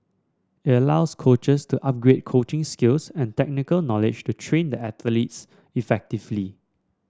it allows coaches to upgrade coaching skills and technical knowledge to train the athletes effectively